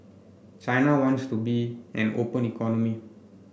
china wants to be an open economy